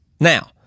Now